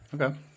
Okay